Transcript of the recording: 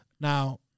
Now